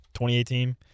2018